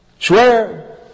Swear